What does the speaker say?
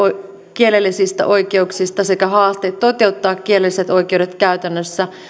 kielellisistä oikeuksista sekä haasteen toteuttaa kielelliset oikeudet käytännössä